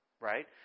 Right